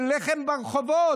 אין לחם ברחובות,